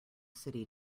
city